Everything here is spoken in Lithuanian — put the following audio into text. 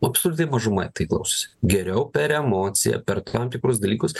absoliuti mažuma tai klausosi geriau per emociją per tam tikrus dalykus